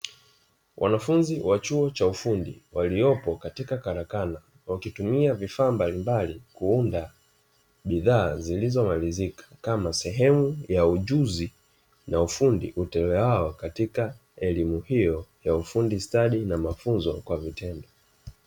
Wanafunzi wa chuo cha ufundi waliopo katika karakana, wakitumia vifaa mbalimbali kuunda bidhaa zilizokamilika, kama sehemu ya ujuzi na ufundi utolewao katika elimu hiyo ya ufundi stadi na mafunzo kwa vitendo.